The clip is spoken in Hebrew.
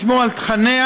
לשמור על תכניה,